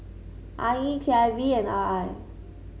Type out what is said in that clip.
I E K I V and R I